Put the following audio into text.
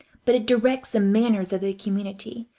but it directs the manners of the community,